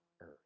earth